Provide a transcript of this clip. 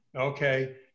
Okay